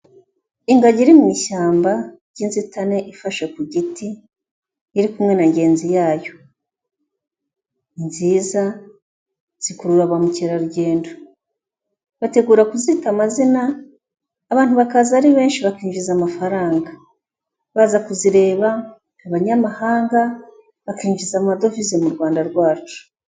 Ingagi iri mu ishyamba ry'inzitane, ifashe ku giti, iri kumwe na ngenzi yayo, ni nziza, zikurura ba mukerarugendo, bategura kuzita amazina, abantu bakaza ari benshi bakinjiza amafaranga, baza kuzireba abanyamahanga bakinjiza amadovize mu Rwanda rwacu.